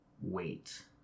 wait